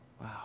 Wow